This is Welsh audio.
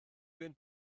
bunt